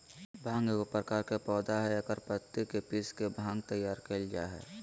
भांग एगो प्रकार के पौधा हइ एकर पत्ति के पीस के भांग तैयार कइल जा हइ